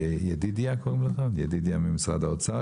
וידידיה ממשרד האוצר,